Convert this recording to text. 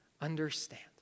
understand